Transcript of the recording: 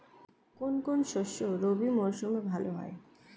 কোন কোন শস্য রবি মরশুমে ভালো হয়?